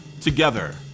together